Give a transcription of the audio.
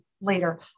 later